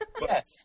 Yes